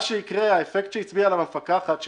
מה שיקרה האפקט שהצביעה עליו המפקחת,